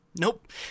Nope